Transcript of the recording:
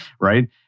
right